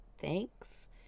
thanks